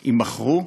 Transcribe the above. יימכרו.